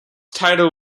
title